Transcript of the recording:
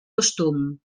costum